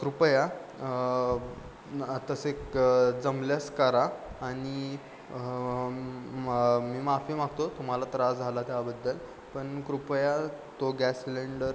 कृपया न तसे क जमल्यास करा आणि म मी माफी मागतो तुम्हाला त्रास झाला त्याबद्दल पण कृपया तो गॅस सिलेंडर